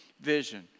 vision